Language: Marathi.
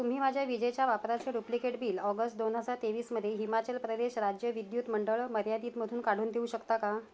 तुम्ही माझ्या विजेच्या वापराचे डुप्लिकेट बिल ऑगस्ट दोन हजार तेवीसमध्ये हिमाचल प्रदेश राज्य विद्युत मंडळ मर्यादितमधून काढून देऊ शकता का